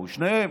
שניהם,